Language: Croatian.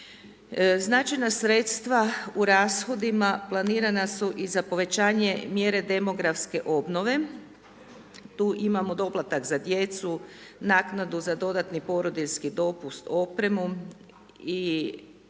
Značajna sredstava u rashodima, planirana su i za povećanje mjere demografske obnove, tu imamo doplatak za djecu, naknadu za dodatni porodiljski dopust, opremu i